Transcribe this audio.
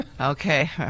Okay